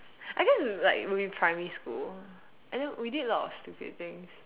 I guess like maybe primary school and then we did a lot of stupid things